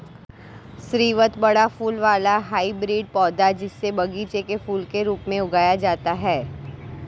स्रीवत बड़ा फूल वाला हाइब्रिड पौधा, जिसे बगीचे के फूल के रूप में उगाया जाता है